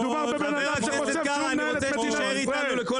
מדובר בבן אדם שחושב שהוא מנהל את מדינת ישראל.